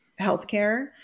healthcare